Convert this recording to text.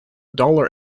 dollar